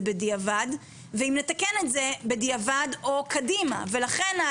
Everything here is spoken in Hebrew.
בדיעבד ואם נתקן את זה בדיעבד או קדימה ולכן,